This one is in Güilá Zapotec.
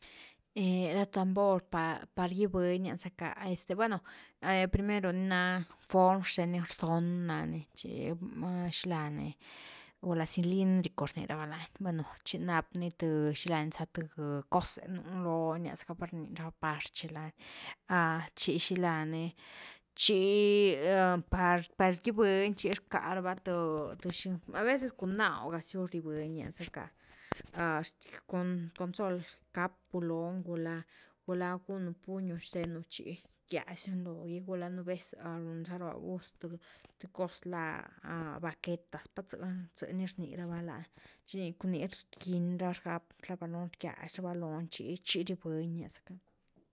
Ra tambor par pargiubënia zacka, bueno, primero ni na form xthen ni rdond nani, chi xilani, gula cilíndrico rni ra’va ni, bueno chi nap ni th, xila ni za th cose nú loni rnia zacka par ché lony, chi par, par giubëh ni chi rcka ra va th xi, aveces cun nooh ga ziu riubëhni nia zacka, cun sol grapu lonigula, gula gunuu puño zthenu chi gigiaziu ni logi, gula nú vez ru zarava gus th-th cos lá vaqueitas, pat zëh zë’ni rni rava lani, chi cun ni rgiñ rava, rgap ra va loni, rgiaz raba loni tchi riobëhni nia za’cka.